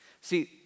See